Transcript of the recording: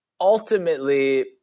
ultimately